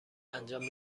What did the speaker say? انجام